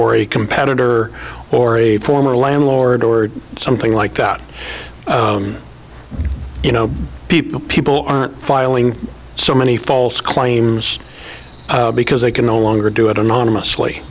or a competitor or a former landlord or something like that you know people people are filing so many false claims because they can no longer do it anonymously